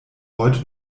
heute